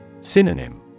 Synonym